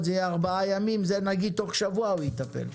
זה יהיה ארבעה ימים זה נגיד תוך שבוע הוא יטפל,